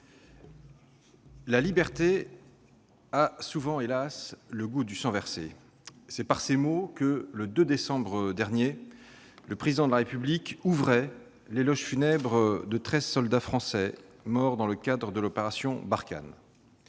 la liberté a souvent, hélas ! le goût du sang versé ». C'est par ces mots que, le 2 décembre dernier, le Président de la République ouvrait l'éloge funèbre de treize soldats français morts dans le cadre de l'opération Barkhane.